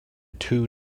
two